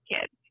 kids